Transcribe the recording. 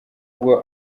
ubwo